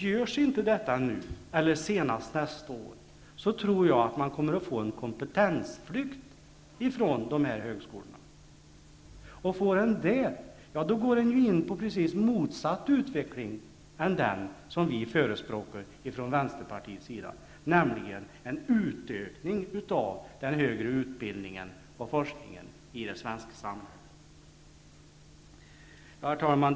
Görs inte detta nu eller senast nästa år, kommer man att få en kompetensflykt från dessa högskolor. Blir det så, går de in på en precis motsatt utveckling än den som vi förespråkar från Vänsterpartiets sida, nämligen en utökning av den högre utbildningen och forskningen i det svenska samhället. Herr talman!